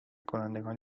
کنندگان